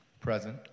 Present